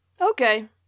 Okay